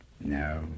no